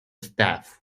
staff